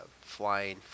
flying